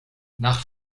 nach